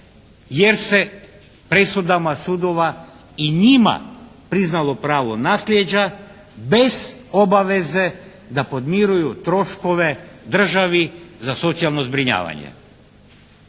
jer se presudama sudova i njima priznalo pravo naslijeđa bez obaveze da podmiruju troškove državi za socijalno zbrinjavanje.